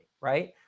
right